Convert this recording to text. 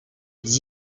des